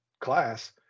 class